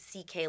CK